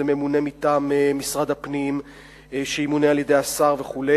זה ממונה מטעם משרד הפנים שימונה על-ידי השר וכו'.